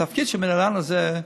התפקיד של המינהלן הזה,